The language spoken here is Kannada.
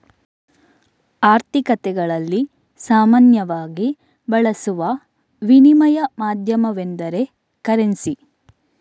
ಆರ್ಥಿಕತೆಗಳಲ್ಲಿ ಸಾಮಾನ್ಯವಾಗಿ ಬಳಸುವ ವಿನಿಮಯ ಮಾಧ್ಯಮವೆಂದರೆ ಕರೆನ್ಸಿ